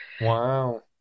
Wow